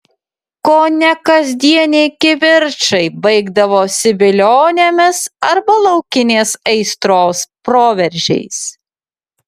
kone kasdieniai kivirčai baigdavosi vilionėmis arba laukinės aistros proveržiais